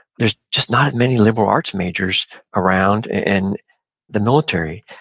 there's just not as many liberal arts majors around in the military,